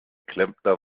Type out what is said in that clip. klempner